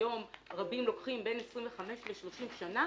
היום רבים לוקחים בין 25 ל-30 שנה.